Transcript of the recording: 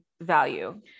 value